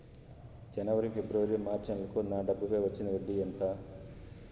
జనవరి, ఫిబ్రవరి, మార్చ్ నెలలకు నా డబ్బుపై వచ్చిన వడ్డీ ఎంత